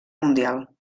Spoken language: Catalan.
mundial